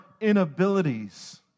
inabilities